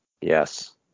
Yes